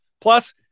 Plus